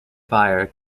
fire